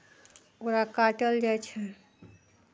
ओकरा काटल जाइ छै